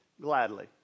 Gladly